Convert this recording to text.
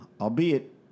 Albeit